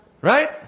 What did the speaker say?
Right